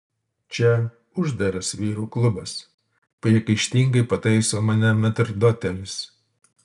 čia uždaras vyrų klubas priekaištingai pataiso mane metrdotelis